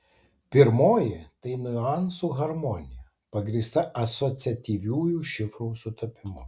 pirmoji tai niuansų harmonija pagrįsta asociatyviųjų šifrų sutapimu